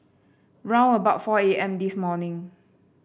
round about four A M this morning